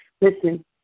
Listen